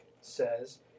says